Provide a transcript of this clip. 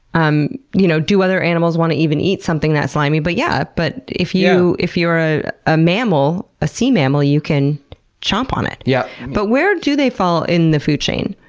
um you know do other animals want to even eat something that slimy? but yeah but if if you're a ah mammal, a sea mammal, you can chomp on it, yeah but where do they fall in the food chain?